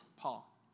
Paul